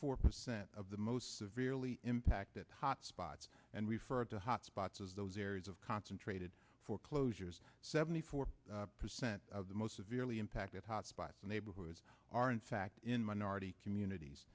four percent of the most severely impacted hotspots and referred to hotspots as those areas of concentrated foreclosures seventy four percent of the most severely impacted hotspots neighborhoods are in fact in minority communities